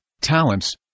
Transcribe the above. talents